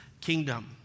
kingdom